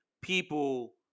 people